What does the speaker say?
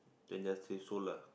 then just say so lah